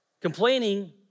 Complaining